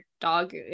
dog